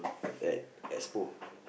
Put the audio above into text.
at Expo